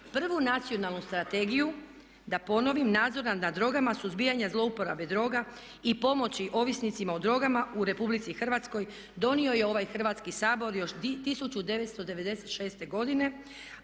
Prvu Nacionalnu strategiju da ponovim nadzor nad drogama, suzbijanja zlouporabe droga i pomoći ovisnicima o drogama u Republici Hrvatskoj donio je ovaj Hrvatski sabor još 1996. godine